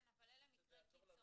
כן אבל אלה מקרי קיצון.